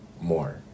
more